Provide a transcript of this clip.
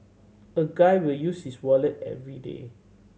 a guy will use his wallet everyday